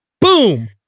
Boom